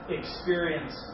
experience